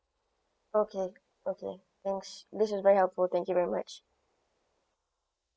okay okay thanks this is very helpful thank you very much